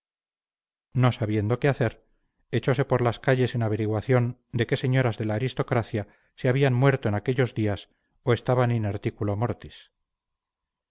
no sabiendo qué hacer echose por las calles en averiguación de qué señoras de la aristocracia se habían muerto en aquellos días o estaban in articulo mortis